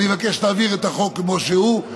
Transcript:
אני מבקש להעביר את החוק כמו שהוא.